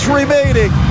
remaining